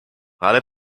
ale